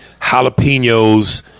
jalapenos